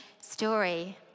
story